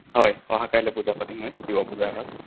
হয় অহা কাইলৈ পূজা পাতিম মই শিৱ পূজা এভাগ